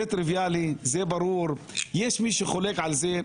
זה טריוויאלי, זה ברור, יש מי שחולק על זה?